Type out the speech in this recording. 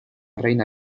reina